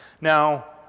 Now